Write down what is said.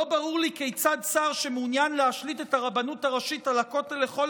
לא ברור לי כיצד שר שמעוניין להשליט את הרבנות הראשית על הכותל לכל